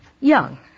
Young